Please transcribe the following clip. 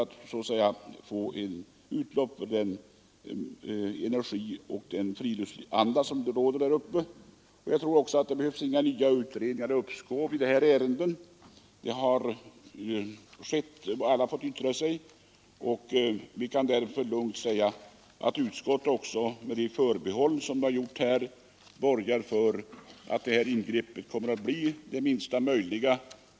Man behöver få utlopp för den energi och den friluftsanda som råder. Jag tror inte att det behövs fler utredningar och uppskov i det här ärendet. Alla har ju fått yttra sig. Vi kan därför lugnt säga att utskottet, med de förbehåll som gjorts här, borgar för att det här ingreppet kommer att bli det minsta möjliga.